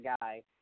guy